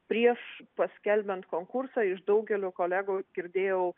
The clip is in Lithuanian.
prieš paskelbiant konkursą iš daugelio kolegų girdėjau